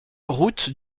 route